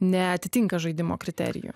neatitinka žaidimo kriterijų